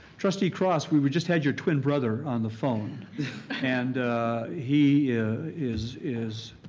trustee cross, we we just had your twin brother on the phone and he is is